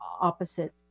opposite